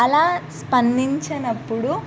అలా స్పందించినప్పుడు